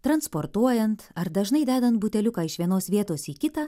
transportuojant ar dažnai dedant buteliuką iš vienos vietos į kitą